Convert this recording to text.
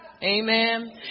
Amen